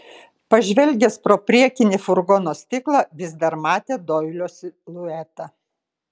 pažvelgęs pro priekinį furgono stiklą vis dar matė doilio siluetą